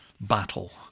battle